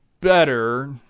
better